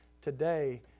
today